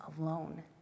alone